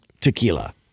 tequila